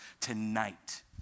tonight